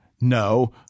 No